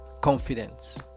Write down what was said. confidence